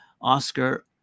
Oscar